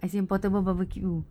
as in portable barbecue